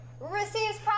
Receives